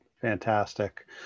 fantastic